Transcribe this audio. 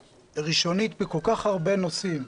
ראשונית בכל כך הרבה נושאים,